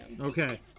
Okay